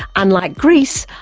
unlike greece,